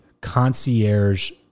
concierge